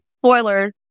Spoilers